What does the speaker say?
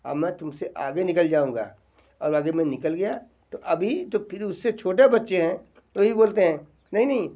अब मैं तुम से आगे निकल जाऊँगा और अगर मैं निकल गया तो अभी तो फिर उससे छोटा बच्चे हैं वो भी बोलते हैं नहीं नहीं